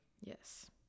Yes